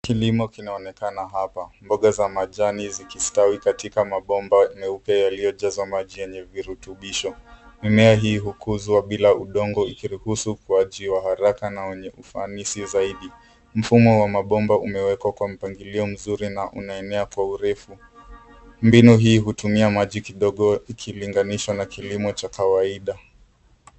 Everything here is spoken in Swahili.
Kilimo kinaonekana hapa .Mboga za majani zikistawi katika mabomba meupe yaliyojazwa maji yenye virutubisho. Mimea hii hukuzwa bila udongo ikiruhusu ukuaji wa haraka na wenye ufanisi zaidi. Mfumo wa mabomba umewekwa kwa mpangilio mzuri na unaenea kwa urefu. Mbinu hii hutumia maji kidogo ikilinganishwa na kilimo cha kawaida.